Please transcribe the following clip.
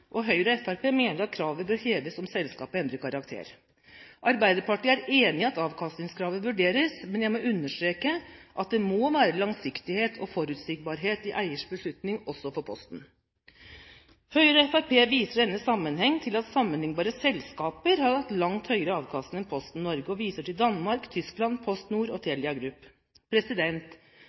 og Høyre og Fremskrittspartiet mener at kravet bør heves om selskapet endrer karakter. Arbeiderpartiet er enig i at avkastningskravet vurderes, men jeg må understreke at det må være langsiktighet og forutsigbarhet i eiers beslutning, også for Posten. Høyre og Fremskrittspartiet viser i denne sammenheng til at «sammenlignbare selskaper» har hatt langt høyere avkastning enn Posten Norge, og viser til Danmark, Tyskland, PostNord og